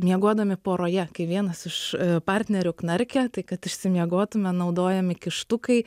miegodami poroje kai vienas iš partnerių knarkia tai kad išsimiegotume naudojami kištukai